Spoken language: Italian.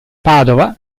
padova